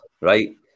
right